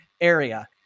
area